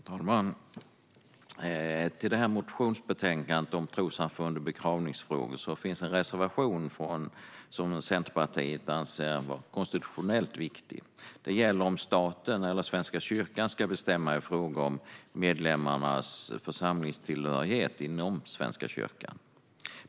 Herr talman! Till motionsbetänkandet om trossamfund och begravningsfrågor finns en reservation som Centerpartiet anser vara konstitutionellt viktig. Det gäller om staten eller Svenska kyrkan ska bestämma i frågor om medlemmarnas församlingstillhörighet inom Svenska kyrkan.